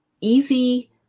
easy